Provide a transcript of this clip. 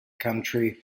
country